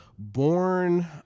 Born